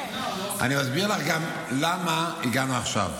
אני מסביר לך גם: למה הגענו עכשיו?